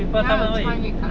你要有参与感 ah